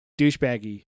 douchebaggy